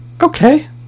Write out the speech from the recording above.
Okay